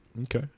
Okay